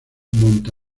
monte